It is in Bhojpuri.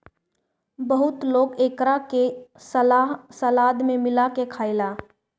बहुत लोग एकरा के सलाद में मिला के खाएला